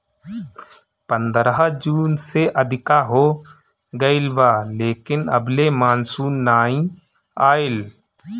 पंद्रह जून से अधिका हो गईल बा लेकिन अबले मानसून नाइ आइल